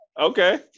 Okay